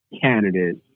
candidate